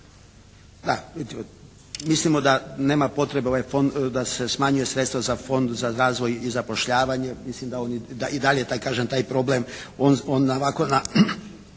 da mislimo da nema potrebe da se smanjuju sredstava za fond za razvoja i za zapošljavanje, mislim da i dalje kažem taj problem on ovako na